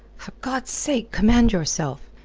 for god's sake, command yourself.